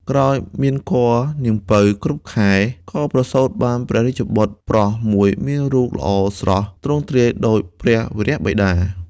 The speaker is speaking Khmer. ក្រោយមកគភ៌‌នាង ពៅ គ្រប់ខែ ក៏ប្រសូតបានព្រះរាជបុត្រប្រុសមួយមានរូបល្អស្រស់ ទ្រង់ទ្រាយដូចព្រះវរបិតា។